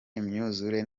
imyuzure